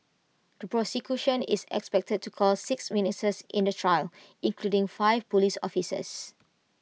the prosecution is expected to call six witnesses in the trial including five Police officers